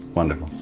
wonderful.